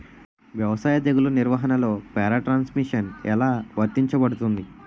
వ్యవసాయ తెగుళ్ల నిర్వహణలో పారాట్రాన్స్జెనిసిస్ఎ లా వర్తించబడుతుంది?